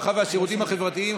הרווחה והשירותים החברתיים,